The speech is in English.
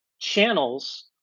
channels